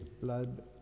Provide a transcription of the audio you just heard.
blood